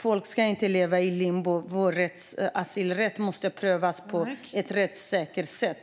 Folk ska inte leva i limbo. Asylrätten måste prövas på ett rättssäkert sätt.